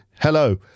hello